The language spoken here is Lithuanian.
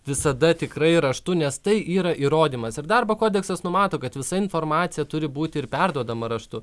visada tikrai raštu nes tai yra įrodymas ir darbo kodeksas numato kad visa informacija turi būti ir perduodama raštu